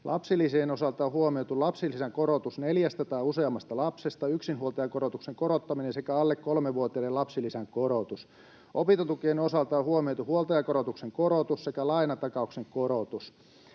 Lapsilisien osalta on huomioitu lapsilisän korotus neljästä tai useammasta lapsesta, yksinhuoltajakorotuksen korottaminen sekä alle kolmevuotiaiden lapsilisän korotus. Opintotukien osalta on huomioitu huoltajakorotuksen korotus sekä lainatakauksen korotus.